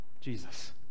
Jesus